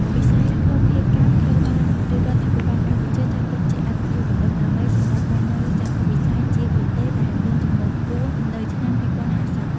វិស័យភស្តុភារកម្មត្រូវបានរាជរដ្ឋាភិបាលកម្ពុជាចាត់ទុកជាអាទិភាពគន្លឹះ ដើម្បីសម្រេចបាននូវចក្ខុវិស័យជាប្រទេសដែលមានចំណូលខ្ពស់នៅឆ្នាំ ២០៥០។